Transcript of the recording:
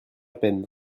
peine